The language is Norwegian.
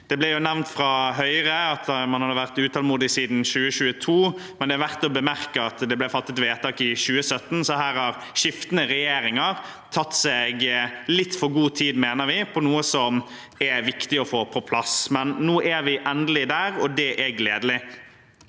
Det ble nevnt fra Høyre at man har vært utålmodig siden 2022, men det er verdt å bemerke at det ble fattet vedtak i 2017, så her har skiftende regjeringer tatt seg litt for god tid, mener vi, til noe som det er viktig å få på plass. Men nå er vi endelig der, og det er gledelig.